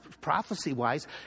prophecy-wise